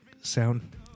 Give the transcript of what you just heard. sound